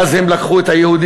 ואז הם לקחו את היהודים,